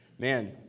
man